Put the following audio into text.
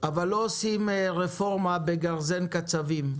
אבל לא עושים רפורמה בגרזן קצבים,